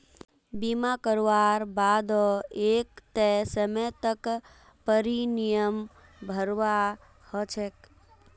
बीमा करवार बा द एक तय समय तक प्रीमियम भरवा ह छेक